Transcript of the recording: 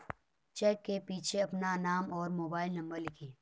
check के पीछे अपना नाम और मोबाइल नंबर लिखें